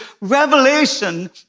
revelation